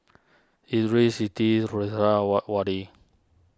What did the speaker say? Idris Siti